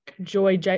joy